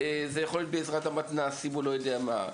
אולי זה יכול להיות בעזרת המתנ"סים או בקייטנות